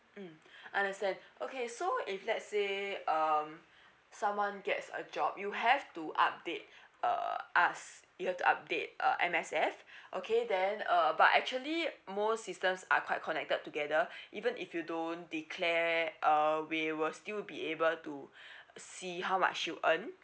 mm understand okay so if let's say um someone gets a job you have to update uh us you have to update uh M_S_F okay then uh but actually uh most systems are quite connected together even if you don't declare uh we will still be able to see how much you earn